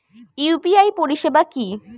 UPI পরিসেবা কি?